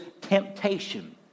temptation